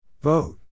Vote